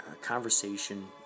conversation